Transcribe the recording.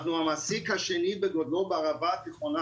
אנחנו המעסיק השני בגודלו בערבה התיכונה